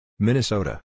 Minnesota